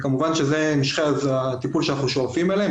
כמובן שאלה משכי הטיפול שאנחנו שואפים אליהם.